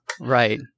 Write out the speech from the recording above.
right